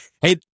Hey